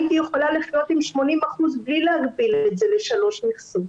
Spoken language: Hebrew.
הייתי יכולה לחיות עם 80% בלי להגביל את זה ל-3 מכסות,